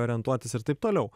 orientuotis ir taip toliau